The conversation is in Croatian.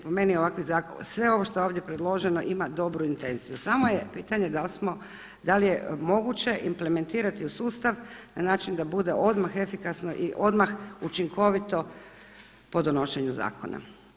Po meni ovakvi zakoni, sve ovo što je ovdje predloženo ima dobru intenciju, samo je pitanje da li smo, da li je moguće implementirati u sustav na način da bude odmah efikasno i odmah učinkovito po donošenju zakona?